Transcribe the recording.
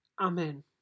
Amen